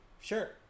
Sure